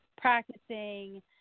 practicing